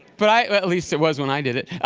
but i at least it was when i did it